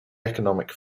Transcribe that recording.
economic